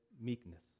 meekness